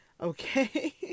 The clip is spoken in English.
Okay